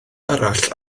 arall